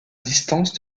distance